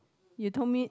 you told me